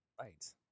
Right